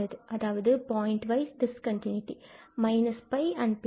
அதாவது point of this continuity −𝜋 and 𝜋